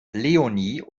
leonie